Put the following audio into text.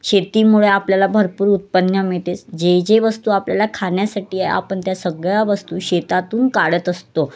शेतीमुळे आपल्याला भरपूर उत्पन्न मिळते जे जे वस्तू आपल्याला खाण्यासाठी आहे आपण त्या सगळ्या वस्तू शेतातून काढत असतो